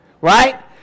Right